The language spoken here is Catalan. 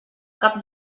cap